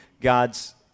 God's